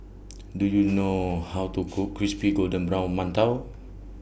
Do YOU know How to Cook Crispy Golden Brown mantou